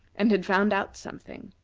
and had found out something.